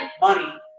money